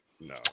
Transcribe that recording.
No